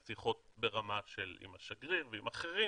שיחות ברמה עם השגריר ועם אחרים